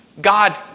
God